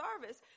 service